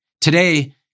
Today